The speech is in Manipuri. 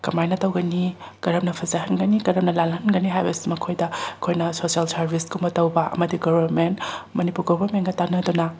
ꯀꯃꯥꯏꯅ ꯇꯧꯒꯅꯤ ꯀꯔꯝꯅ ꯐꯖꯍꯟꯒꯅꯤ ꯀꯔꯝꯅ ꯂꯥꯜꯍꯟꯒꯅꯤ ꯍꯥꯏꯕꯁꯤ ꯃꯈꯣꯏꯗ ꯑꯩꯈꯣꯏꯅ ꯁꯣꯁꯦꯜ ꯁꯥꯔꯕꯤꯁꯀꯨꯝꯕ ꯇꯧꯕ ꯑꯃꯗꯤ ꯒꯣꯕꯔꯃꯦꯟ ꯃꯅꯤꯄꯨꯔ ꯒꯣꯕꯔꯃꯦꯟꯒ ꯇꯥꯟꯅꯗꯨꯅ